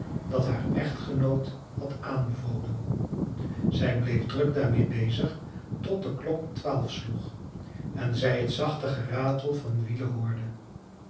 dat haar echtgenoot had aanbevolen zij bleef druk daarmede bezig tot de klok twaalf sloeg en zij het zachte geratel van wielen hoorde